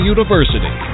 University